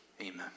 Amen